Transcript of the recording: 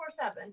24-7